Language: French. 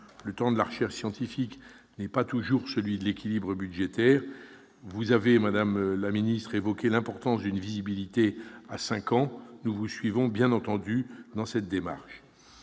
Le temps de la recherche scientifique n'est pas toujours celui de l'équilibre budgétaire. Vous avez, madame la ministre, évoqué l'importance d'une visibilité à cinq ans. Nous vous suivons bien entendu dans cette démarche.